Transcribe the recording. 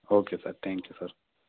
okay sir thank you sir